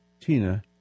Tina